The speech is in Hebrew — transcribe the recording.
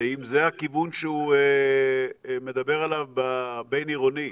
אם זה הכיוון שהוא מדבר עליו בבין עירוני?